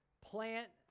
plant